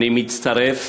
אני מצטרף